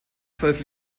zwölf